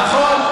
נכון.